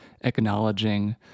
acknowledging